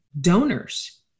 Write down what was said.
donors